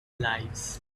lives